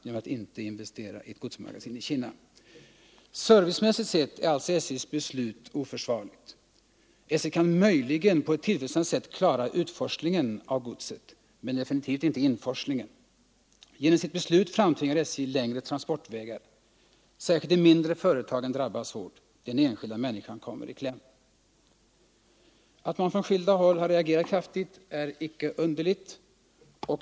fordringsförhål Även servicemässigt sett är SJ:s beslut oförsvarligt. SJ kan möjligen på landen i Kinna ett tillfredsställande sätt klara utforslingen av godset men definitivt inte inforslingen. Genom sitt beslut framtvingar SJ längre transportvägar, och särskilt de mindre företagen drabbas svårt. Den enskilda människan kommer i kläm. Att man på skilda håll har reagerat kraftigt är inte underligt.